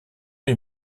lui